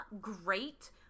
great